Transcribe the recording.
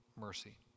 mercy